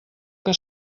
que